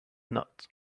not